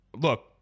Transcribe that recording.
look